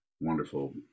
wonderful